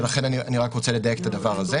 ולכן אני רוצה לדייק את הדבר הזה,